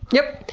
yep!